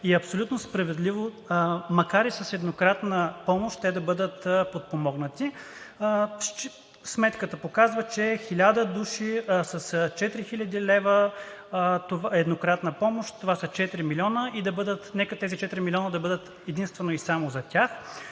е абсолютно справедливо, макар и с еднократна помощ, те да бъдат подпомогнати. Сметката показва, че 1000 души с 4000 лв. еднократна помощ – това са 4 милиона, и нека тези 4 милиона да бъдат единствено и само за тях.